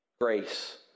Grace